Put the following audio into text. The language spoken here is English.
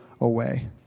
away